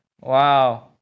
Wow